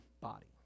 body